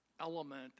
element